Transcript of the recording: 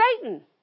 Satan